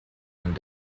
and